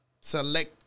select